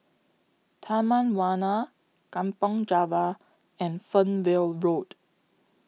Taman Warna Kampong Java and Fernvale Road